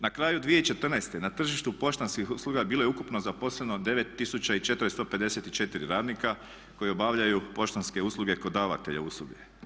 Na kraju 2014. na tržištu poštanskih usluga bilo je ukupno zaposleno 9 tisuća i 454 radnika koji obavljaju poštanske usluge kod davatelja usluge.